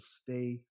stay